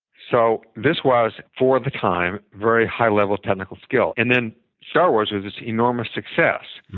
so this was, for the time, very high level technical skill. and then star wars was this enormous success.